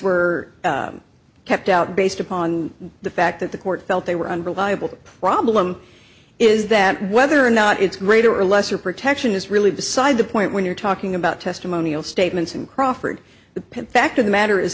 were kept out based upon the fact that the court felt they were unreliable the problem is that whether or not it's greater or lesser protection is really beside the point when you're talking about testimonial statements in crawford the pen fact of the matter is